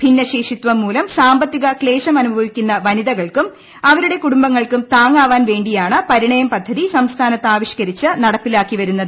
ഭിന്നശേഷിത്വം മൂലം സാമ്പത്തിക ക്ലേശമനുഭവിക്കുന്ന വനിതകൾക്കും അവരുടെ കുടുംബങ്ങൾക്കും താങ്ങാവാൻ വേണ്ടിയാണ് പരിണയം പദ്ധതി സംസ്ഥാനത്ത് ആവിഷ്ക്കരിച്ച് നടപ്പിലാക്കി വരുന്നത്